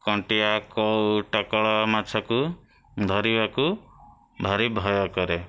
କଣ୍ଟିଆ କଉ ଟକଳ ମାଛକୁ ଧରିବାକୁ ଭାରି ଭୟ କରେ